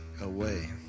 away